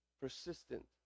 persistent